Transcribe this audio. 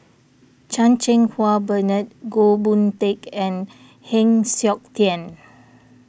Chan Cheng Wah Bernard Goh Boon Teck and Heng Siok Tian